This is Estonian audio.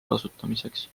kasutamiseks